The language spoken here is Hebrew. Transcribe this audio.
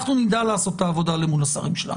אנחנו נדע לעשות את העבודה למול השרים שלנו.